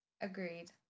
agreed